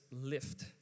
lift